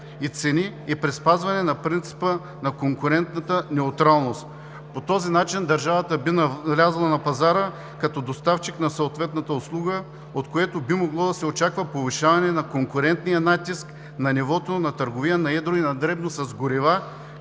и цени и при спазване на принципа на конкурентната неутралност. По този начин държавата би навлязла на пазара като доставчик на съответната услуга, от което би могло да се очаква повишаване на конкурентния натиск на нивото на търговия на едро и на дребно с горива,